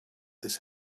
this